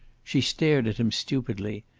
she stared at him stupidly.